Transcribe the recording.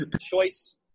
choice